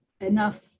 enough